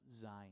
Zion